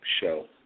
show